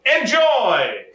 enjoy